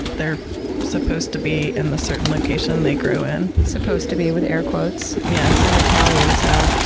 they're supposed to be in the certain location they grow in. supposed to be, with air quotes. yes. i'm italian. so,